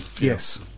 Yes